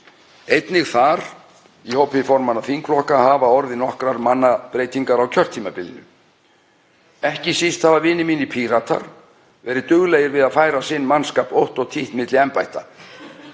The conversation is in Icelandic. Einnig þar, í hópi formanna þingflokka, hafa orðið nokkrar mannabreytingar á kjörtímabilinu. Ekki síst hafa vinir mínir Píratar verið duglegir við að færa sinn mannskap ótt og títt milli embætta,